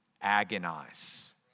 agonize